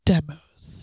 Demos